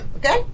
Okay